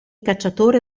cacciatore